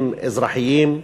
חברתיים-אזרחיים,